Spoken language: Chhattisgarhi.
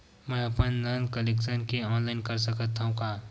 मैं अपन नल कनेक्शन के ऑनलाइन कर सकथव का?